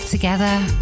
together